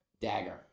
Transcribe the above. Dagger